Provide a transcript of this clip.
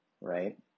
right